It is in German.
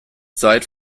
zeit